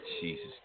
Jesus